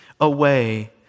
away